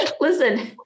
listen